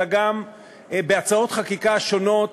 אלא גם בהצעות חקיקה שונות